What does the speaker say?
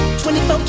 24